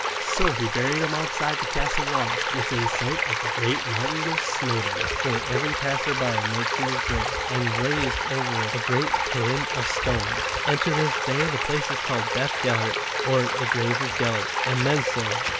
so he buried him outside the castle walls within sight of the great mountain of snowdon, where every passer-by might see his grave, and raised over it a great cairn of stones. and to this day the place is called beth gellert, or the grave of gellert, and men say,